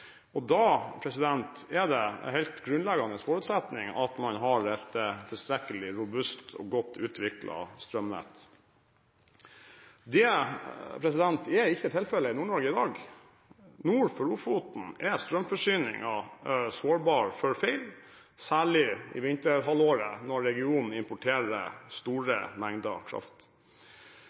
er det en helt grunnleggende forutsetning at man har et tilstrekkelig robust og godt utviklet strømnett. Det er ikke tilfellet i Nord-Norge i dag. Nord for Ofoten er strømforsyningen sårbar for feil, særlig i vinterhalvåret når regionen importerer store mengder kraft.